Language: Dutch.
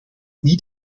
niet